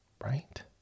Right